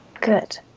Good